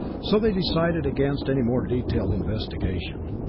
so they decided against any more detailed investigation.